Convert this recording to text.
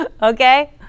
Okay